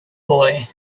boy